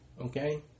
okay